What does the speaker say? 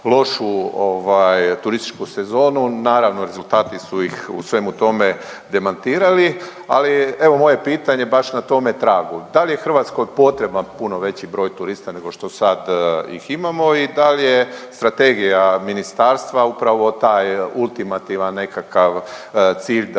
ovaj, turističku sezonu, naravno rezultati su ih u svemu tome demantirali, ali evo moje pitanje baš na tome tragu, dal je Hrvatskoj potreban puno veći broj turista nego što sad ih imamo i dal je strategija ministarstva upravo taj ultimativan nekakav cilj da